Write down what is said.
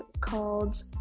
called